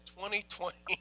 2020